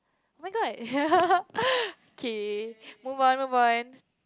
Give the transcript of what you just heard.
oh-my-god kay move on move on